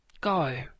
go